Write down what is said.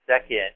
Second